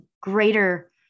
greater